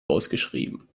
ausgeschrieben